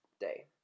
day